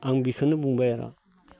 आं बेखौनो बुंबाय आरो